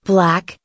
Black